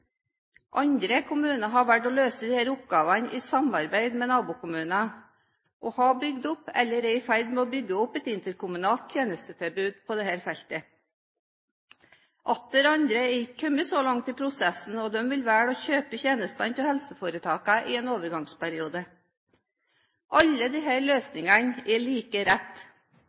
Andre kommuner har valgt å løse disse oppgavene i samarbeid med nabokommuner og har bygd opp eller er i ferd med å bygge opp et interkommunalt tjenestetilbud på dette feltet. Atter andre er ikke kommet like langt i prosessen, og de vil velge å kjøpe tjenestene av helseforetakene i en overgangsperiode. Alle disse løsningene er like